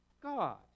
God